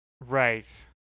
Right